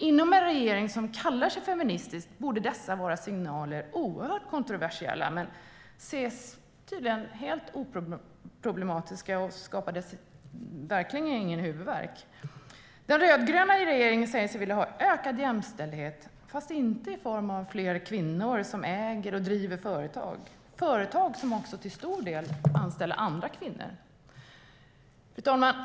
Inom en regering som kallar sig feministisk borde dessa signaler vara oerhört kontroversiella, men de ses tydligen som helt oproblematiska och ger verkligen ingen huvudvärk. Den rödgröna regeringen säger sig vilja ha ökad jämställdhet, fast inte i form av fler kvinnor som äger och driver företag, företag som till stor del anställer andra kvinnor.